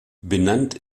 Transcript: benannt